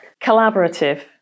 Collaborative